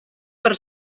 per